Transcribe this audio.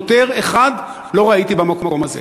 שוטר אחד לא ראיתי במקום הזה.